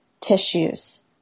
tissues